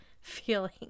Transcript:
feeling